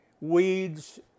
weeds